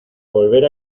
volver